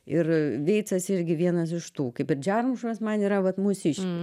ir veicas irgi vienas iš tų kaip ir džiarmušas man yra vat musiškis